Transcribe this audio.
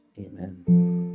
amen